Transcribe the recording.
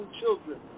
children